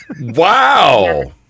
Wow